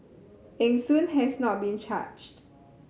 Eng Soon has not been charged